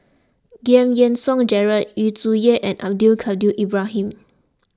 Giam Yean Song Gerald Yu Zhuye and Abdul Kadir Ibrahim